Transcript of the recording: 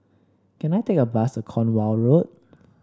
can I take a bus to Cornwall Road